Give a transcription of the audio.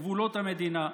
גבולות המדינה,